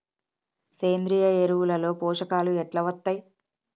సేంద్రీయ ఎరువుల లో పోషకాలు ఎట్లా వత్తయ్?